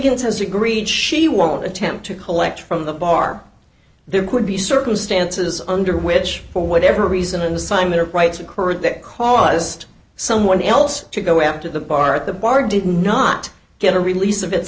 hints has agreed she won't attempt to collect from the bar there could be circumstances under which for whatever reason an assignment of rights occurred that caused someone else to go after the bar at the bar did not get a release of its